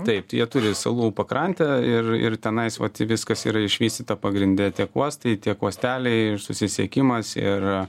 taip jie turi salų pakrantę ir ir tenais vat viskas yra išvystyta pagrinde tiek uostai tiek uosteliai ir susisiekimas ir